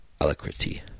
alacrity